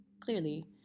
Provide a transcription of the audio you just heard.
clearly